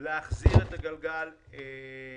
על מנת להחזיר את הגלגל אחורה